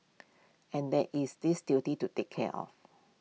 and there is this duty to take care of